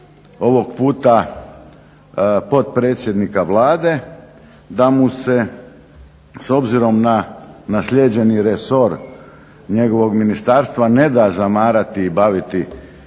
ovog puta potpredsjednika Vlade da mu se s obzirom na naslijeđeni resor njegovog ministarstva ne da zamarati i baviti pitanjima